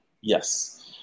yes